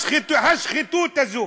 השחיתות הזו.